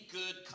good